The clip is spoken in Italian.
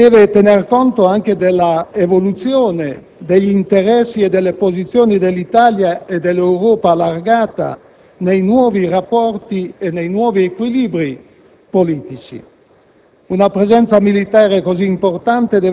La decisione finale deve tener conto degli impegni italiani, dell'amicizia e dei rapporti bilaterali con gli Stati Uniti, nel rispetto delle alleanze tradizionali del nostro Paese,